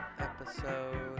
episode